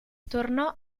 tornò